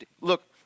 Look